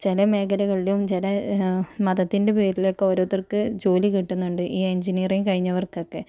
ചി മേഖലകളിലും ചില മതത്തിൻ്റെ പേരിലൊക്കെ ഓരോരുത്തർക്ക് ജോലി കിട്ടുന്നുണ്ട് ഈ എഞ്ചിനീയറിങ് കഴിഞ്ഞവർക്കൊക്കെ